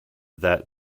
that